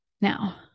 Now